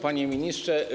Panie Ministrze!